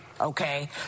Okay